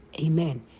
Amen